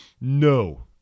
No